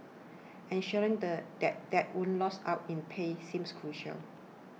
ensuring the that dads would lose out in pay seems crucial